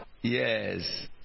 Yes